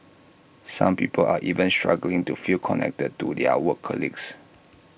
some people are even struggling to feel connected to their work colleagues